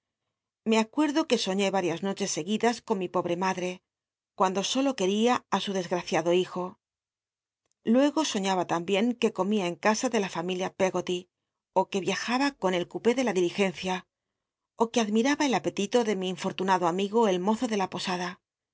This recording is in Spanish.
ife acuerdo que soñé rarias noches seguidas con mi pobre madre cuando solo quería á su desgraéiado hijo luego soñaba tambien jue eomia en casa de la familia peggoty ó que riajaba en el cupé de la dil igencia ó que admiraba el apetito de mi infortunado am igo el mozo de la posada